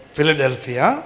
Philadelphia